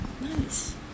Nice